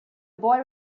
boy